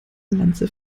lanze